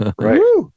Right